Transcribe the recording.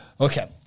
Okay